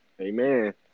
amen